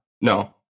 No